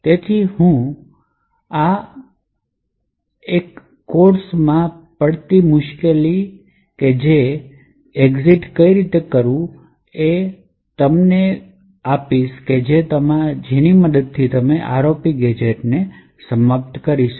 તેથી હું એ પડકાર તમને આપીશ આ કોર્સમાં સૌથી મુશ્કેલ પડકારોમાંથી એક છે આ ચોક્કસ કોડને એવી રીતે સુધારિત કરવો તો ROP ગેજેટ બરોબર રીતે સમાપ્ત થાય